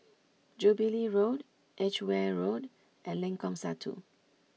Jubilee Road Edgware Road and Lengkong Satu